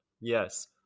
Yes